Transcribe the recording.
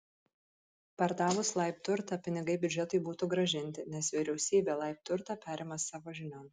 pardavus laib turtą pinigai biudžetui būtų grąžinti nes vyriausybė laib turtą perima savo žinion